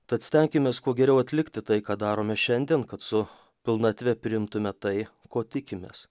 tad stenkimės kuo geriau atlikti tai ką darome šiandien kad su pilnatve priimtume tai ko tikimės